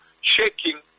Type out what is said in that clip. shaking